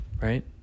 right